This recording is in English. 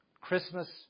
Christmas